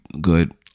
Good